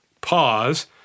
pause